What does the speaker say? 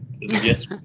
Yes